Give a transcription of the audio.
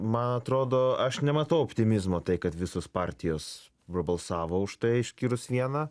man atrodo aš nematau optimizmo tai kad visos partijos prabalsavo už tai išskyrus vieną